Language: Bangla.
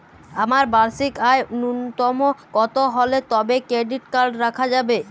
আমার বার্ষিক আয় ন্যুনতম কত হলে তবেই ক্রেডিট কার্ড রাখা যাবে?